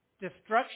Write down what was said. Destruction